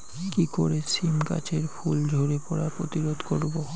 কি করে সীম গাছের ফুল ঝরে পড়া প্রতিরোধ করব?